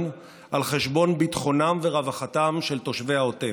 על חשבון ביטחונם ורווחתם של תושבי העוטף.